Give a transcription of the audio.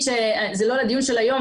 זה לא לדיון של היום,